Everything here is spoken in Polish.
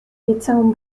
liceum